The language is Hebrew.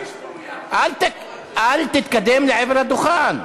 אני מרגיש מאוים, אל תתקדם לעבר הדוכן.